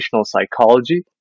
psychology